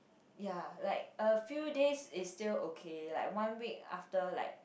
ya like a few days is still okay like one week after like